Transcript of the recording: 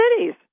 cities